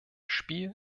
spiel